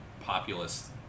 populist